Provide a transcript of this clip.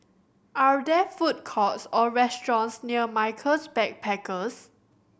are there food courts or restaurants near Michaels Backpackers